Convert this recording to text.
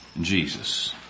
Jesus